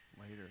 later